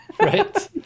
Right